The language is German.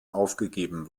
aufgegeben